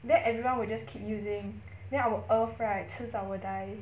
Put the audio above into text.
then everyone would just keep using then our earth right 迟早 will die